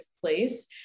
place